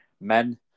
men